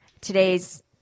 today's